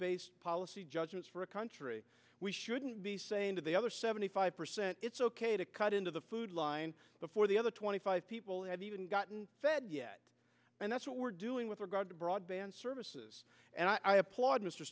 based policy judgments for a country we shouldn't be saying to the other seventy five percent it's ok to cut into the food line before the other twenty five people have even gotten fed yet and that's what we're doing with regard to broadband services and i applaud m